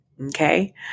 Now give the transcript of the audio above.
Okay